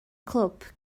clwb